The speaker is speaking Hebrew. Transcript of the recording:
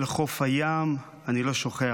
/ גלים רצים אל חוף הים / אני לא שוכח.